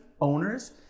owners